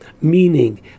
meaning